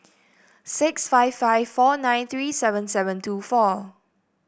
six five five four nine three seven seven two four